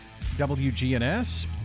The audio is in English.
WGNs